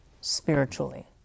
spiritually